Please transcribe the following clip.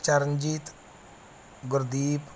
Charanjit Gurdeep